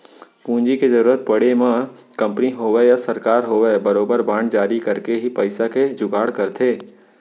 पूंजी के जरुरत पड़े म कंपनी होवय या सरकार होवय बरोबर बांड जारी करके ही पइसा के जुगाड़ करथे